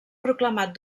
proclamat